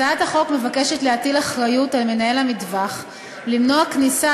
הצעת החוק מבקשת להטיל אחריות על מנהל המטווח למנוע כניסה